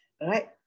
right